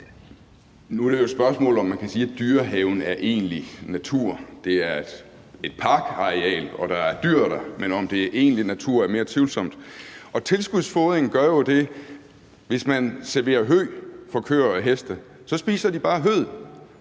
Nu er det jo et spørgsmål, om man kan man sige, at Dyrehaven er egentlig natur. Det er et parkareal, og der er dyr der, men om det er egentlig natur, er mere tvivlsomt. Og tilskudsfodring gør jo det, at hvis man serverer hø for køer og heste, spiser de bare høet